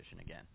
again